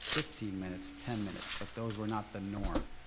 fifteen minutes, ten minutes, but those were not the norm.